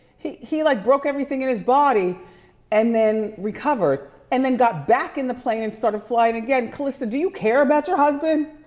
he he like broke everything in his body and then recovered and then got back in the plane and started flying again. calista, do you care about your husband?